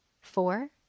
Four